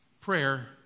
Prayer